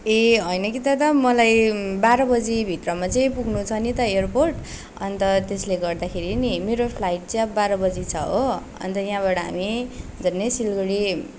ए होइन कि दादा मलाई बाह्र बजीभित्रमा चाहिँ पुग्नुछ नि त एयरपोर्ट अन्त त्यसले गर्दाखेरि नि मेरो फ्लाइट चाहिँ अब बाह्र बजी छ हो अन्त यहाँबाट हामी झन्डै सिलगढी